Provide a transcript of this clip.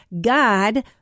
God